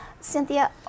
Cynthia